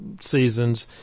seasons